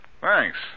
Thanks